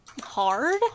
hard